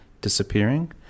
disappearing